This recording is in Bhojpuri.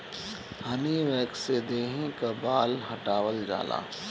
हनी वैक्स से देहि कअ बाल हटावल जाला